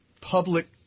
public